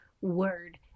word